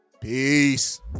Peace